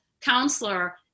counselor